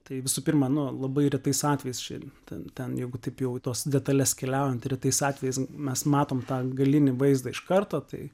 tai visų pirma nu labai retais atvejais čia ten ten jeigu taip jau į tos detales keliaujant retais atvejais mes matom tą atgalinį vaizdą iš karto tai